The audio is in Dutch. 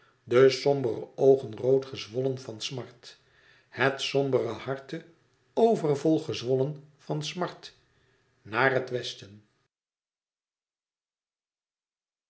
de sombere oogen rood gezwollen van smart het sombere harte overvol gezwollen van smart naar het westen